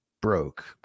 broke